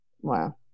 Wow